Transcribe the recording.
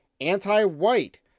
anti-white